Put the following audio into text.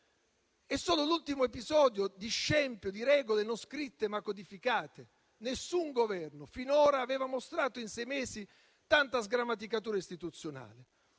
È solo l'ultimo episodio di scempio di regole non scritte, ma codificate. Nessun Governo finora aveva mostrato in sei mesi tanta sgrammaticatura istituzionale.